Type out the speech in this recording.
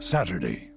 Saturday